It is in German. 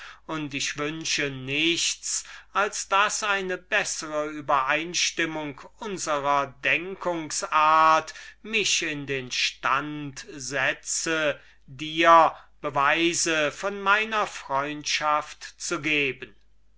und ich wünsche nichts als daß eine bessere übereinstimmung unsrer denkungsart mich in den stand setze dir beweise von meiner freundschaft zu geben